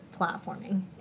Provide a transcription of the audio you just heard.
platforming